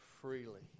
freely